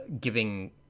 giving